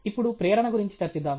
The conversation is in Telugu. ఇప్పుడు ప్రేరణ గురించి చర్చిద్దాం